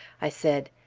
i said,